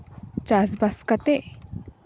ᱪᱟᱥᱼᱵᱟᱥ ᱠᱟᱛᱮᱫ